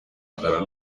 alla